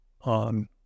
on